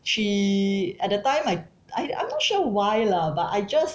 she at the time I I I'm not sure why lah but I just